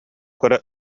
көрө